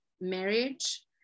marriage